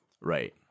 right